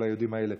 כל היהודים האלה.